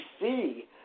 see